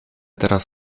teraz